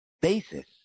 basis